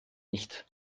nicht